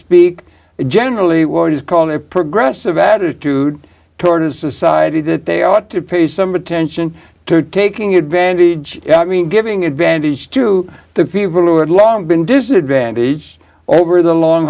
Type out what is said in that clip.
bespeak generally what is called a progressive attitude towards society that they ought to pay some attention to or taking advantage yeah i mean giving advantage to the people who had long been disadvantaged over the long